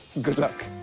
good luck.